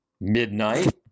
midnight